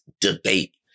debate